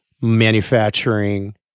manufacturing